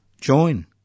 join